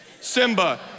Simba